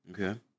Okay